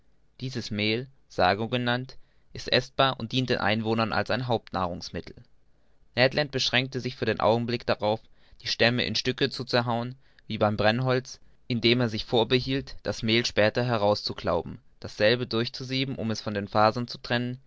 dieses mehl sago genannt ist eßbar und dient den einwohnern als ein haupt nahrungsmittel ned land beschränkte sich für den augenblick darauf die stämme in stücke zu zerhauen wie beim brennholz indem er sich vorbehielt das mehl später heraus zu klauben dasselbe durchzusieben um es von den fasern zu trennen